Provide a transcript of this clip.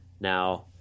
Now